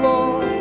Lord